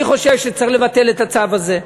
אני חושב שצריך לבטל את הצו הזה,